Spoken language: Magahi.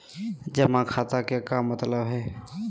जमा खाता के का मतलब हई?